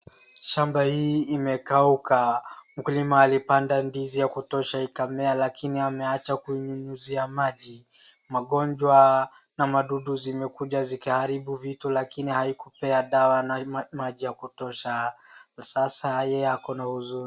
Shamba hii imekauka. Mkulima alipanda ndizi ya kutosha ikamea lakini ameacha kunyunyizia maji. Magonjwa na wadudu zimekuja zikaharibu lakini hakupea dawa na maji ya kutosha. Sasa akona huzuni.